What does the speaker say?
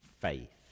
faith